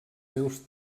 seus